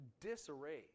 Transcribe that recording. disarray